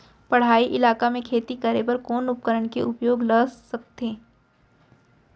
पहाड़ी इलाका म खेती करें बर कोन उपकरण के उपयोग ल सकथे?